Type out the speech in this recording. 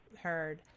heard